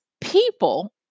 people